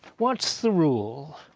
what's the rule?